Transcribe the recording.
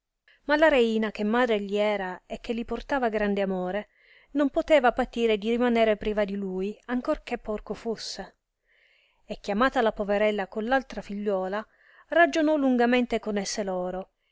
ma la reina che madre gli era e che li portava grande amore non poteva patire di rimanere priva di lui ancor che porco fusse e chiamata la poverella con altra figliuola ragionò lungamente con esse loro